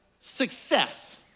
Success